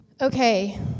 Okay